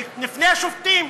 מהשופטים,